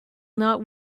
not